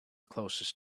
closest